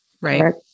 right